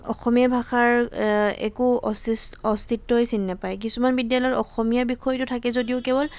অসমীয়া ভাষাৰ একো অস্তি অস্তিত্বই চিন নাপায় কিছুমান বিদ্যালয়ৰ অসমীয়াৰ বিষয়টো থাকে যদিও কেৱল